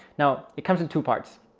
now it comes in two parts.